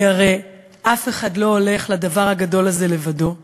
כי הרי אף אחד לא הולך לדבר הגדול הזה לבדו,